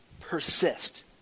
persist